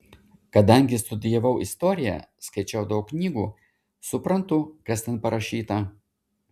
kadangi studijavau istoriją skaičiau daug knygų suprantu kas ten parašyta